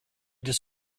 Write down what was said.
this